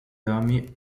army